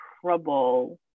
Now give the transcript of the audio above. trouble